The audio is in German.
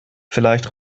vielleicht